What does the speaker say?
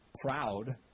proud